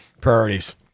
priorities